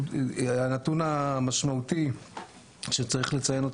הנתון המשמעותי שצריך לציין,